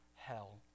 hell